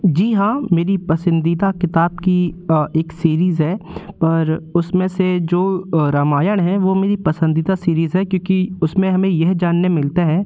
जी हाँ मेरी पसंदीदा किताब की एक सीरीज़ है पर उसमें से जो रामायण है वह मेरी पसंदीदा सीरीज़ है क्योंकि उसमें हमें यह जानने मिलता है